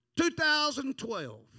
2012